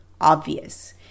obvious